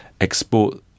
export